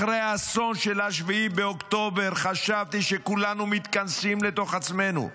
אחרי האסון של 7 באוקטובר חשבתי שכולנו מתכנסים לתוך עצמנו,